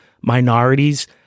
minorities